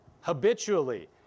habitually